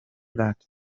that